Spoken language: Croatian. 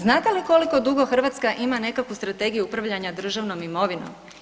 Znate li koliko dugo Hrvatska ima nekakvu strategiju upravljanja državnom imovinom?